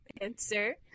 answer